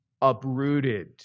uprooted